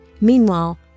Meanwhile